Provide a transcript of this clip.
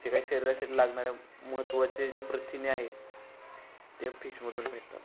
जे काही शरीराला लागणारे महत्त्वाचे जे प्रथिने आहेत ते फिशमधून भेटतात